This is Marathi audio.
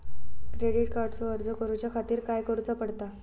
क्रेडिट कार्डचो अर्ज करुच्या खातीर काय करूचा पडता?